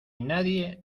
nadie